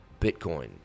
Bitcoin